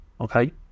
okay